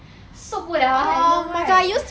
受不了 eh you know right